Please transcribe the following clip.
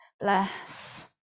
Bless